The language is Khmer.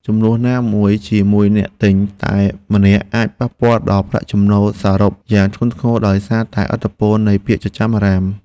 ជម្លោះណាមួយជាមួយអ្នកទិញតែម្នាក់អាចប៉ះពាល់ដល់ប្រាក់ចំណូលសរុបយ៉ាងធ្ងន់ធ្ងរដោយសារតែឥទ្ធិពលនៃពាក្យចចាមអារ៉ាម។